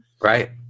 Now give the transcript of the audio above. Right